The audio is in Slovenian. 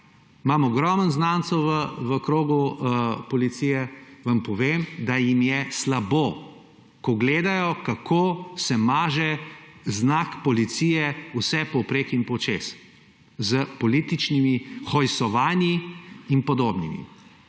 imam ogromno znancev v krogu policije, vam povem, da jim je slabo, ko gledajo, kako se maže znak policije vse povprek in počez s političnimi hojsovanji in podobnimi